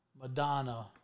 Madonna